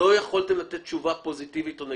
לא יכולתם לתת תשובה פוזיטיבית או נגטיבית.